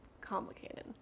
complicated